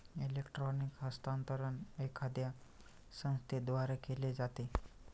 electronic हस्तांतरण एखाद्या संस्थेद्वारे केले जाते